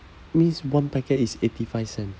means one packet is eight five cent